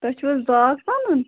تۄہہِ چھُو حظ باغ پَنُن